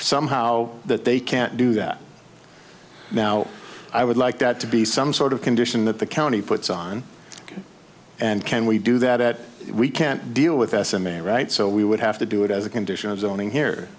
somehow that they can't do that now i would like that to be some sort of condition that the county puts on and can we do that at we can't deal with s m a right so we would have to do it as a condition of zoning here